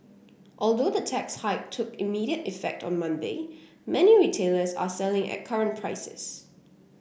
although the tax hike took immediate effect on Monday many retailers are selling at current prices